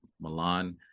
Milan